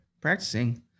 practicing